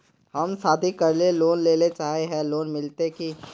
हम शादी करले लोन लेले चाहे है लोन मिलते की?